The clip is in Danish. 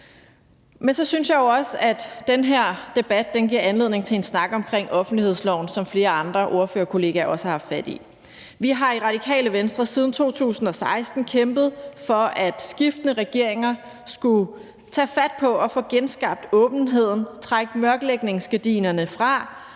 Men så synes jeg jo også, at den her debat giver anledning til en snak om offentlighedsloven, hvilket flere andre ordførerkollegaer også har haft fat i. Vi har i Radikale Venstre siden 2016 kæmpet for, at skiftende regeringer skulle tage fat på at få genskabt åbenheden og trække mørklægningsgardinerne fra.